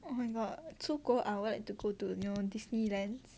oh my god 出国 I would like to go to new Disneyland